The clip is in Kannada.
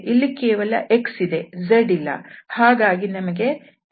ಇಲ್ಲಿ ಕೇವಲ x ಇದೆ z ಇಲ್ಲ ಹಾಗಾಗಿ ಇಲ್ಲಿ ನಮಗೆ x ಸಿಗುತ್ತದೆ